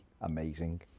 Amazing